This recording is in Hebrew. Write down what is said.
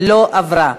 לא עברה.